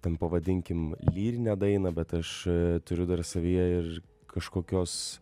ten pavadinkim lyrinę dainą bet aš turiu dar savyje ir kažkokios